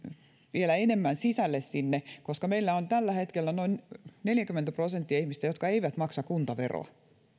vielä enemmän sisälle sinne koska meillä tällä hetkellä noin neljäkymmentä prosenttia ihmisistä ei maksa kuntaveroa